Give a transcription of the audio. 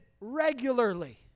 regularly